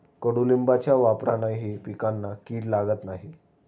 कडुलिंबाच्या वापरानेही पिकांना कीड लागत नाही